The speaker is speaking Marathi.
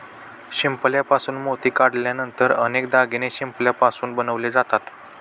शिंपल्यापासून मोती काढल्यानंतर अनेक दागिने शिंपल्यापासून बनवले जातात